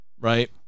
right –